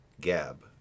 gab